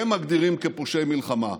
הם מגדירים כפושעי מלחמה,